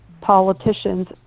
politicians